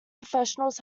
professionals